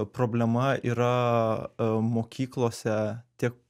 problema yra mokyklose tiek